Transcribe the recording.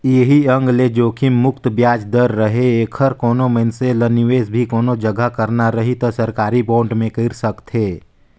ऐही एंग ले जोखिम मुक्त बियाज दर रहें ऐखर कोनो मइनसे ल निवेस भी कोनो जघा करना रही त सरकारी बांड मे कइर सकथे